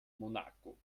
monaco